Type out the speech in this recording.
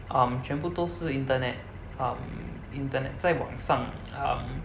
um 全部都是 internet um internet 在网上 um